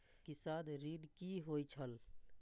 किसान ऋण की होय छल?